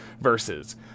versus